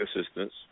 assistance